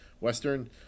western